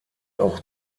auch